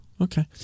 okay